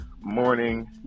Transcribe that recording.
morning